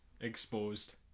exposed